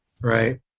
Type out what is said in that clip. right